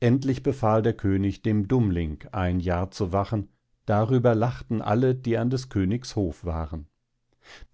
endlich befahl der könig dem dummling ein jahr zu wachen darüber lachten alle die an des königs hof waren